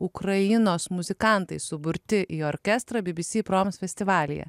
ukrainos muzikantai suburti į orkestrą bbc proms festivalyje